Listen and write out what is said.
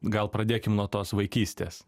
gal pradėkim nuo tos vaikystės